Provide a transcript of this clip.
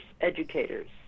educators